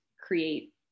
create